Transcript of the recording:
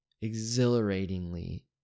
exhilaratingly